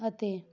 ਅਤੇ